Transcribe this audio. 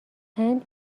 هند